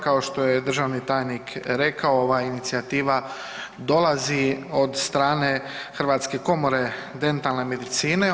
Kao što je državni tajnik rekao, ova inicijativa dolazi od strane Hrvatske komore dentalne medicine.